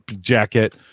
jacket